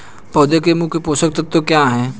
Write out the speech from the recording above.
पौधे का मुख्य पोषक तत्व क्या हैं?